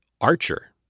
Archer